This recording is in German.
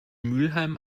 mülheim